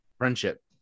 friendship